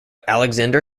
alexander